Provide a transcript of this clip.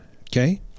okay